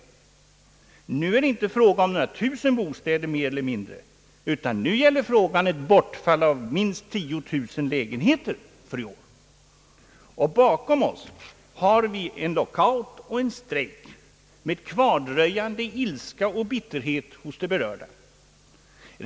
Nu är det inte fråga om några tusen bostäder mer eller mindre, utan nu gäller det ett bortfall av minst 10 000 lägenheter för i år, och bakom oss har vi en lockout och en strejk med kvardröjande ilska och bitterhet hos de berörda.